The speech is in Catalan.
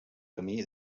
camí